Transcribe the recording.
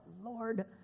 Lord